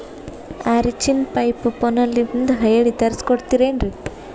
ಆರಿಂಚಿನ ಪೈಪು ಫೋನಲಿಂದ ಹೇಳಿ ತರ್ಸ ಕೊಡ್ತಿರೇನ್ರಿ?